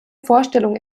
vorstellung